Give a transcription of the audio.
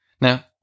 Now